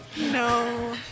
No